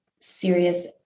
serious